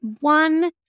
one